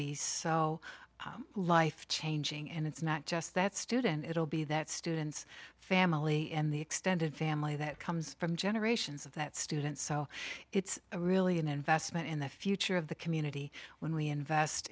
be so life changing and it's not just that student it will be that student's family and the extended family that comes from generations of that student so it's really an investment in the future of the community when we invest